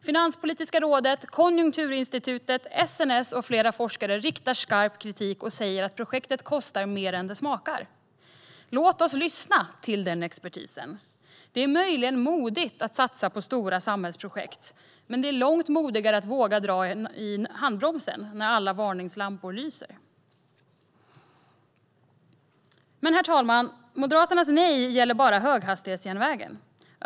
Finanspolitiska rådet, Konjunkturinstitutet, SNS och flera forskare riktar skarp kritik och säger att projektet kostar mer än det smakar. Låt oss lyssna till den expertisen! Det är möjligen modigt att satsa på stora samhällsprojekt, men det är långt modigare att våga dra i handbromsen när alla varningslampor lyser. Herr talman! Moderaternas nej gäller dock bara höghastighetsjärnvägen.